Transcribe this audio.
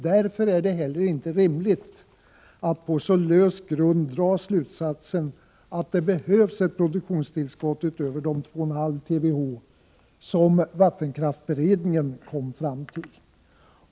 Därför är det heller inte rimligt att på så lös grund dra slutsatsen att det behövs produktionstillskott utöver de 2,5 TWh som vattenkraftsberedningen kom fram till.